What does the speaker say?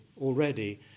already